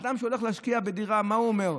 אדם שהולך להשקיע בדירה, מה הוא אומר?